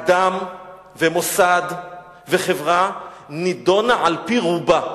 אדם ומוסד וחברה נידונים על-פי רובם,